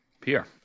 Pierre